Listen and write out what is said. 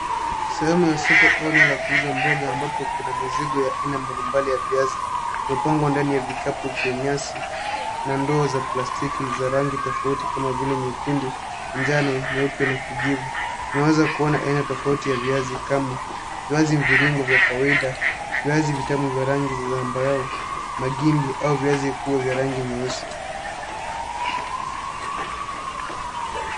Sehemu ya soko kwenye eneo la kuuza mboga ambapo kuna mizigo mbalimbali ya viazi. Vimepangwa ndani ya vikapu vya nyasi na ndoo za plastiki za rangi tofauti kama vile nyekundu, njano, nyeupe na kijivu. Inaonekana kuna aina tofauti za viazi kama vile viazi mviringo vya kawaida, viazi vitamu vya rangi ya machungwa, na mengine au viazi vyenye rangi ya zambarau.